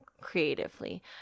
creatively